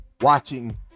watching